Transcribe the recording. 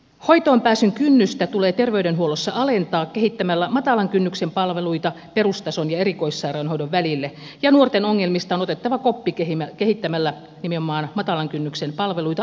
hoitoon pääsyn kynnystä tulee terveydenhuollossa alentaa kehittämällä matalan kynnyksen palveluita perustason ja erikoissairaanhoidon välille ja nuorten ongelmista on otettava koppi kehittämällä nimenomaan matalan kynnyksen palveluita avopalveluita